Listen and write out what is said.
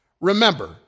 remember